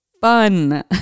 fun